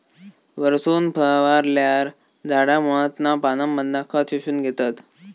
वरसून फवारल्यार झाडा मुळांतना पानांमधना खत शोषून घेतत